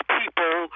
people